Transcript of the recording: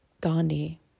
Gandhi